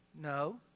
No